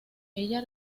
ella